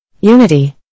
Unity